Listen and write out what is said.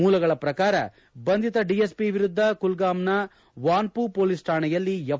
ಮೂಲಗಳ ಪ್ರಕಾರ ಬಂಧಿತ ಡಿಎಸ್ಸಿ ವಿರುದ್ದ ಕುಲ್ಗಾಮ್ನ ವಾನ್ನೂ ಪೊಲೀಸ್ ಠಾಣೆಯಲ್ಲಿ ಎಫ್